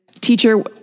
teacher